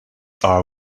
are